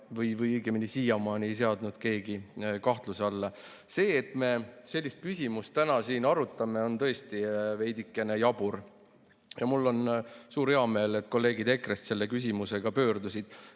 sea või õigemini siiamaani ei seadnud keegi kahtluse alla. See, et me sellist küsimust täna siin arutame, on tõesti veidikene jabur. Ja mul on suur heameel, et kolleegid EKRE‑st selle küsimusega [ministri